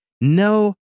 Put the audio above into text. No